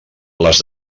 les